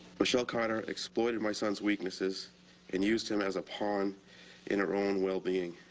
michelle carter exploited my son's weaknesses and used him as a pawn in her own well being.